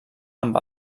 amb